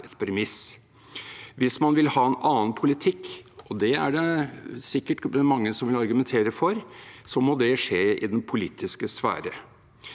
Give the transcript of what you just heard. et premiss. Hvis man vil ha en annen politikk – og det er det sikkert mange som vil argumentere for – må det skje i den politiske sfære.